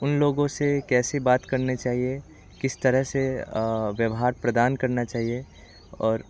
उन लोगों से कैसे बात करनी चाहिए किस तरह से व्यवहार प्रदान करना चाहिए और